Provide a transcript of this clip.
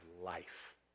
life